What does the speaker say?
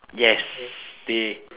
yes they